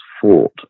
fought